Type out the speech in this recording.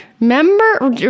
remember